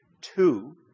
two